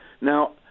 Now